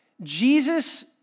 Jesus